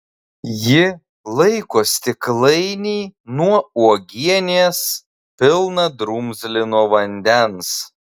ji laiko stiklainį nuo uogienės pilną drumzlino vandens